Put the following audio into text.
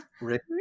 Rick